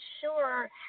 sure